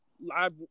live